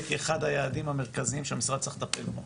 כאחד היעדים המרכזיים שהמשרד צריך לטפל בו,